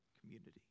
community